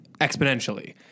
exponentially